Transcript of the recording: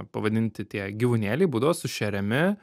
pavadinti tie gyvūnėliai būdavo sušeriami